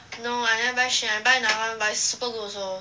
no I never buy Shin I buy another [one] but it's super good also